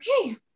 okay